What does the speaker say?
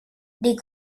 des